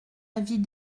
avis